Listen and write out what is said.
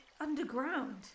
underground